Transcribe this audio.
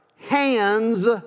hands